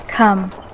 Come